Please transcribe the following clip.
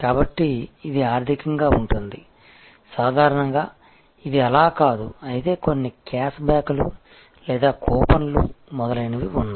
కాబట్టి ఇది ఆర్థికంగా ఉంటుంది సాధారణంగా ఇది అలా కాదు అయితే కొన్ని క్యాష్ బ్యాక్లు లేదా కూపన్లు మొదలైనవి ఉన్నాయి